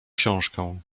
książkę